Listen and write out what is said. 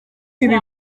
ibi